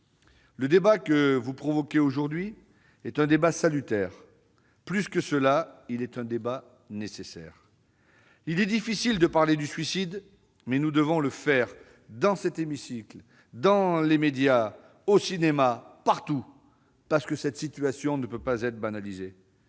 Le débat que vous provoquez aujourd'hui est salutaire. Plus encore, il est absolument nécessaire. Il est difficile de parler du suicide, mais nous devons le faire, dans cet hémicycle, dans les médias, au cinéma, partout, parce que cette situation ne peut être banalisée.